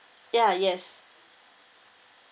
ya yes